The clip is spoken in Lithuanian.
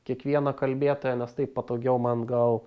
kiekvieną kalbėtoją nes taip patogiau man gal